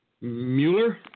Mueller